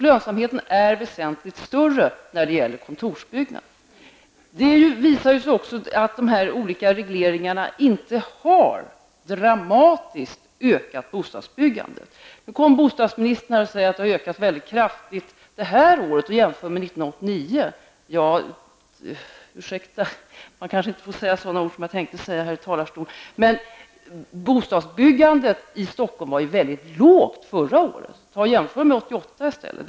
Lönsamheten är väsentligt större när det gäller kontorsbyggnader. Det visar också att de olika regleringarna inte dramatiskt har ökat bostadsbyggandet. Bostadsministern säger att bostadsbyggandet har ökat mycket kraftigt det här året och jämför med 1989. Ursäkta, man kanske inte får säga sådana ord som jag tänkte säga här i talarstolen, men bostadsbyggandet i Stockholm var väldigt lågt förra året. Jämför med 1988 i stället!